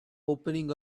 opening